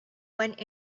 went